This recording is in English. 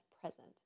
present